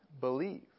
believe